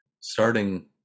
starting